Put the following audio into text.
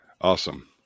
Awesome